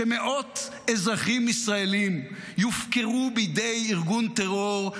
שמאות אזרחים ישראלים יופקרו בידי ארגון טרור,